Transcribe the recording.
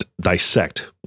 dissect